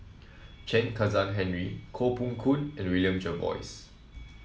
Chen Kezhan Henri Koh Poh Koon and William Jervois